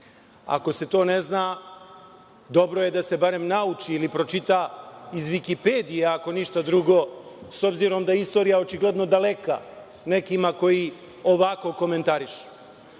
Ako se to ne zna dobro je da se bar nauči ili pročita iz Vikipedije, ako ništa drugo, s obzirom, da je istorija očigledno daleka, nekima koji ovako komentarišu. Sledeće